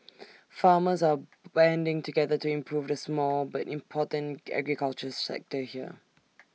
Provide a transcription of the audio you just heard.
farmers are banding together to improve the small but important agriculture sector here